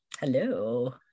Hello